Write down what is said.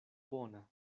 bona